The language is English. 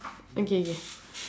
okay K